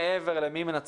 וזה לא קורה מספיק.